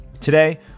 Today